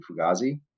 fugazi